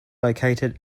located